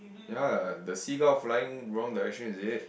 ya the seagull flying wrong direction is it